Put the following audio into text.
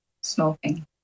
smoking